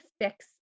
fix